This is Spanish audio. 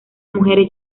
mujeres